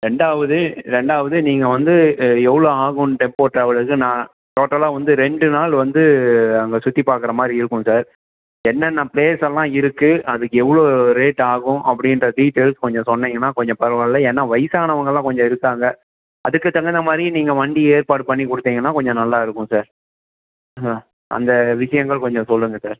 ரெண்டாவது ரெண்டாவது நீங்கள் வந்து எவ்வளவு ஆகும் டெம்போ டிராவளுக்கு நான் டோட்டல்லாக வந்து ரெண்டு நாள் வந்து அங்கே சுற்றிபாக்குற மாதிரி இருக்கும் சார் என்னென்ன பிளேஸ் எல்லாம் இருக்கு அதுக்கு எவ்வளவு ரேட் ஆகும் அப்படின்ற டீட்டைல்ஸ் கொஞ்சம் சொன்னிங்கன்னா கொஞ்சம் பரவா இல்ல ஏன்னா வயசானவங்க எல்லாம் கொஞ்சம் இருக்காங்க அதுக்கு தகுந்த மாதிரி நீங்கள் வண்டி ஏற்பாடு பண்ணி கொடுத்தீங்கனா கொஞ்சம் நல்லா இருக்கும் சார் அந்த விஷயங்கள் கொஞ்சம் சொல்லுங்கள் சார்